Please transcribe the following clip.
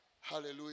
Hallelujah